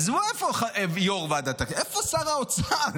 עזבו איפה יו"ר ועדת הכספים איפה שר האוצר?